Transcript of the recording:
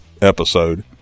episode